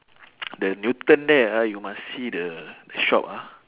the newton there ah you must see the the shop ah